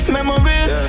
Memories